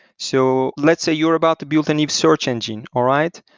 so let's you're about to build a new search engine, all right?